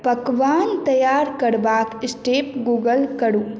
पकवान तैआर करबाके स्टेप गूगल करू